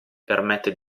permette